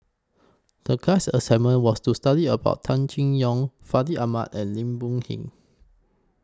The class assignment was to study about Tan Seng Yong Fandi Ahmad and Lim Boon Heng